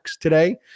today